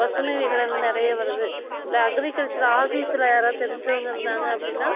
பசுமை விகடனில் நிறையா வருது இல்லை அக்ரிகல்ச்சர் ஆஃபிஸில் யாராச்சும் தெரிஞ்சவங்க இருந்தாங்க அப்படினா